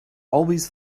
always